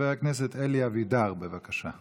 ראויה ושוויונית מילדי ישראל.